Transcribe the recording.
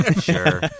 Sure